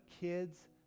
kids